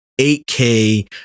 8K